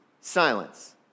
silence